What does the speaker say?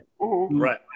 right